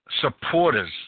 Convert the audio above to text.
supporters